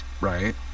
Right